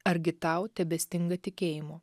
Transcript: argi tau tebestinga tikėjimo